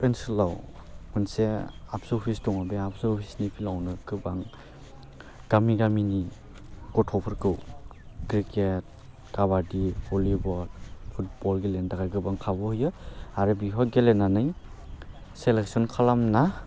ओनसोलाव मोनसे आबसु अफिस दङ बे आबसु अफिसनि फिलावनो गोबां गामि गामिनि गथ'फोरखौ क्रिकेट काबादि भलिबल फुटबल गेलेनो थाखाय गोबां खाबु होयो आरो बेवहाय गेलेनानै सेलेक्सन खालामना